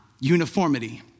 uniformity